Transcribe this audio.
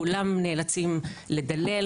כולם נאלצים לדלל,